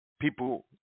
People